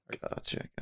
Gotcha